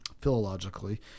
philologically